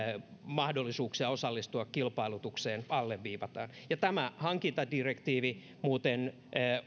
mahdollisuuksia osallistua kilpailutukseen alleviivataan ja tämä hankintadirektiivi muuten